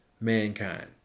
mankind